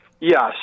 yes